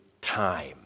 time